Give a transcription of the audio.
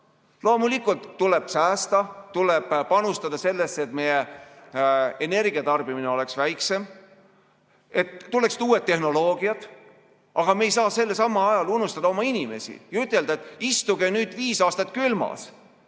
Loomulikult tuleb säästa, tuleb panustada sellesse, et meie energiatarbimine oleks väiksem, et tuleksid uued tehnoloogiad. Aga me ei saa samal ajal unustada oma inimesi ja ütelda, et istuge nüüd viis aastat külmas